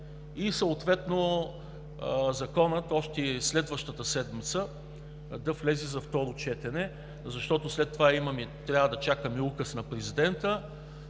и съответно Законът още следващата седмица да влезе за второ четене. След това трябва да чакаме Указа на президента